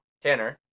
Tanner